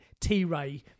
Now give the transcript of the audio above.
T-Ray